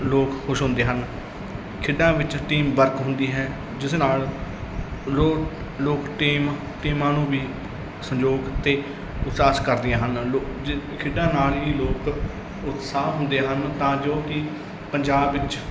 ਲੋਕ ਖੁਸ਼ ਹੁੰਦੇ ਹਨ ਖੇਡਾਂ ਵਿੱਚ ਟੀਮ ਵਰਕ ਹੁੰਦੀ ਹੈ ਜਿਸ ਨਾਲ ਲੋਟ ਲੋਕ ਟੀਮ ਟੀਮਾਂ ਨੂੰ ਵੀ ਸਹਿਯੋਗ ਉੱਤੇ ਅਹਿਸਾਸ ਕਰਦੀਆਂ ਹਨ ਲੋ ਜੇ ਖੇਡਾਂ ਨਾਲ ਹੀ ਲੋਕ ਉਤਸ਼ਾਹ ਹੁੰਦੇ ਹਨ ਤਾਂ ਜੋ ਕਿ ਪੰਜਾਬ ਵਿੱਚ